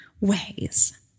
ways